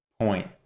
point